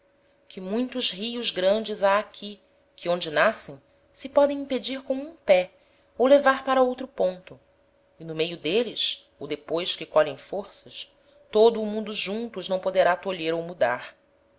que muitos rios grandes ha ahi que onde nascem se podem impedir com um pé ou levar para outro ponto e no meio d'êles ou depois que colhem forças todo o mundo junto os não poderá tolher ou mudar